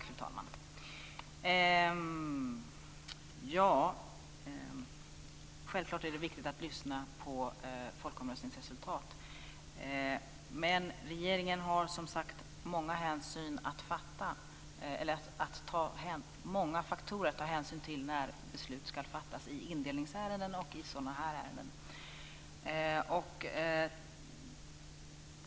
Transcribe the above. Fru talman! Självklart är det viktigt att lyssna på folkomröstningsresultat. Men regeringen har som sagt många faktorer att ta hänsyn till när beslut ska fattas i indelningsärenden och i sådana här ärenden.